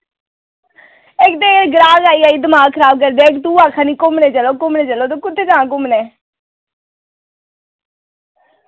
इक ते एह् ग्राह्क आई आई दमाक खराब करदे इक तू आक्खा नी घुम्मने चलो घुम्मने चलो ते कुत्थे जां घुम्मने